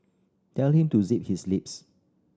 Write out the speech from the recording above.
tell him to zip his lips